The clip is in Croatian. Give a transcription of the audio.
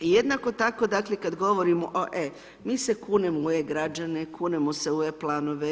Jednako tako dakle kada govorimo o e, mi se kunemo u e-građane, kunemo se u e-planove.